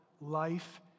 life